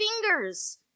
fingers